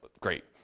great